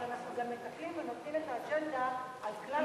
אבל אנחנו גם מטפלים ונותנים את האג'נדה לכלל האזרחים,